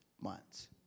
months